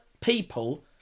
people